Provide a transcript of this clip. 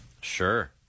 Sure